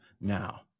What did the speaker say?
now